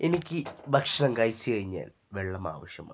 എനിക്ക് ഭക്ഷണം കഴിച്ച് കഴിഞ്ഞാൽ വെള്ളം ആവശ്യമാണ്